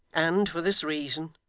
and, for this reason,